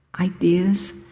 ideas